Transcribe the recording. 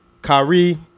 Kyrie